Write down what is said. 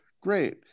Great